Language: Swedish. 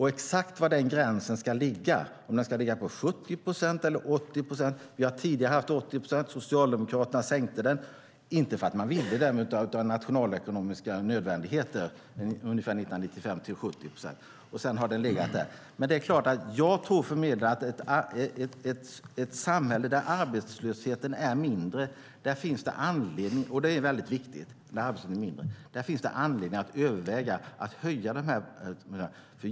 Exakt var den gränsen ska ligga, om den ska ligga på 70 procent eller 80 procent, kan diskuteras. Vi har tidigare haft 80 procent. Socialdemokraterna sänkte den, inte för att man ville det utan av nationalekonomisk nödvändighet, ungefär 1995 till 70 procent, och sedan har den legat där. Jag tror för min del att det i ett samhälle där arbetslösheten är mindre - och det är väldigt viktigt - finns anledning att överväga att höja gränsen.